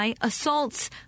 assaults